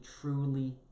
truly